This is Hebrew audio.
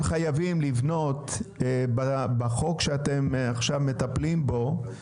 חייבים לבנות בחוק שאתם עכשיו מטפלים בו,